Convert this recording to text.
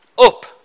up